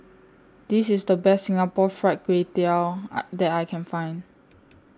This IS The Best Singapore Fried Kway Tiao I that I Can Find